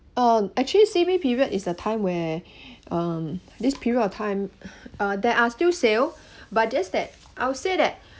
um actually C_B period is a time where um this period of time uh there are still sale but just that I would say that